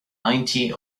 ninety